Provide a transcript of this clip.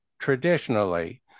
traditionally